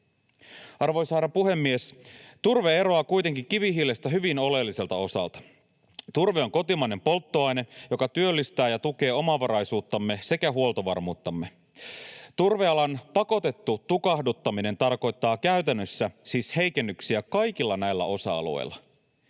Arvoisa herra puhemies! Turve eroaa kuitenkin kivihiilestä hyvin oleelliselta osalta. Turve on kotimainen polttoaine, joka työllistää ja tukee omavaraisuuttamme sekä huoltovarmuuttamme. Turvealan pakotettu tukahduttaminen tarkoittaa käytännössä siis heikennyksiä kaikilla näillä osa-alueilla.